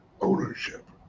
ownership